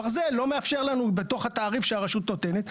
הברזל לא מאפשר לנו בתוך התעריף שהרשות נותנת.